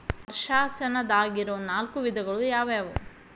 ವರ್ಷಾಶನದಾಗಿರೊ ನಾಲ್ಕು ವಿಧಗಳು ಯಾವ್ಯಾವು?